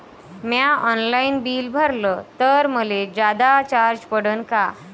म्या online bill भरलं तर मले जादा चार्ज पडन का?